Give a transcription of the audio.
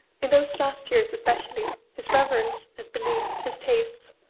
in those last years, especially, his reverence, his beliefs, his tastes,